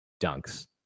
dunks